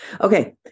Okay